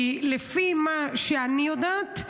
כי לפי מה שאני יודעת,